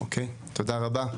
אוקיי, תודה רבה.